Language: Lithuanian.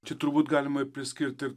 čia turbūt galima ir priskirti ir